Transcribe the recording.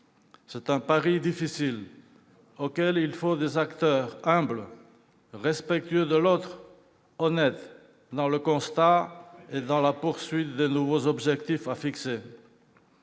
C'est un pari difficile, pour lequel il faut des acteurs humbles, respectueux de l'autre, honnêtes dans le constat et dans la poursuite des nouveaux objectifs à fixer.